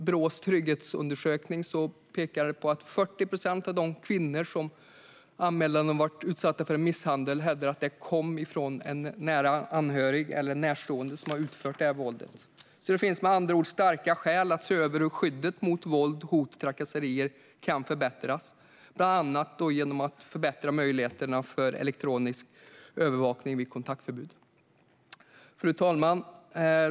Brås trygghetsundersökning pekar på att 40 procent av de kvinnor som anmäler att de har varit utsatta för en misshandel hävdar att en nära anhörig eller närstående har utfört våldet. Det finns med andra ord starka skäl att se över hur skyddet mot våld, hot och trakasserier kan förbättras bland annat genom att förbättra möjligheterna för elektronisk övervakning vid kontaktförbud. Fru talman!